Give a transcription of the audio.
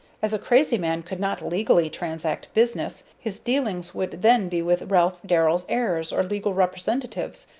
as a crazy man could not legally transact business, his dealings would then be with ralph darrell's heirs or legal representatives.